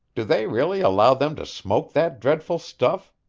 do they really allow them to smoke that dreadful stuff?